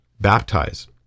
baptize